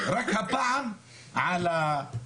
רק הפעם עלה.